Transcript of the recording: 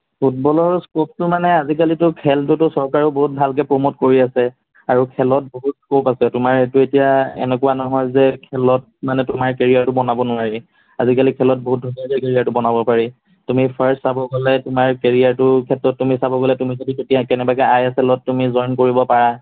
ফুটবলৰ স্কপটো মানে আজিকালিটো খেলটোতো চৰকাৰো বহুত ভালকৈ প্ৰ'মট কৰি আছে আৰু খেলত বহুত স্ক'প আছে তোমাৰ সেইটো এতিয়া এনেকুৱা নহয় যে খেলত মানে তোমাৰ কেৰিয়াৰটো বনাব নোৱাৰি আজিকালি খেলত বহুত ধুনীয়াকৈ কেৰিয়াৰটো বনাব পাৰি তুমি ফাৰ্ষ্ট চাব গ'লে তোমাৰ কেৰিয়াৰটোৰ ক্ষেত্ৰত তুমি চাব গ'লে তুমি যদি কেনেবাকৈ আই এছ এলত তুমি জইন কৰিব পাৰা